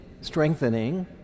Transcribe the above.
strengthening